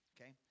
okay